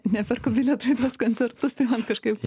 neperku bilietų į tuos koncertus tai man kažkaip